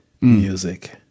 music